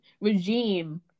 regime